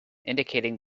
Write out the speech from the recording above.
indicating